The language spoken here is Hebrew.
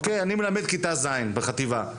אני מלמד כיתה ז' בחטיבה,